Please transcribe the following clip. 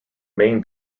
main